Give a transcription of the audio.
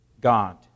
God